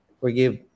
forgive